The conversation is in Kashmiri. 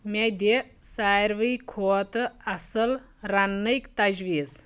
مےٚ دِ ساروٕے کھۄتہٕ اصل رننٕکۍ تجویٖز